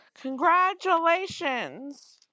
Congratulations